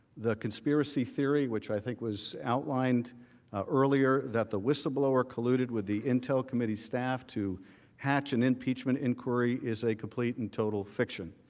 the conspiracy theory, which i think was outlined earlier, that the whistleblower colluded with the intel committee staff to patch an impeachment inquiry, is a complete and total fiction.